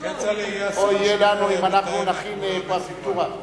אוי יהיה לנו אם נכין פרטיטורה.